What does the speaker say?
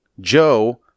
Joe